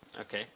Okay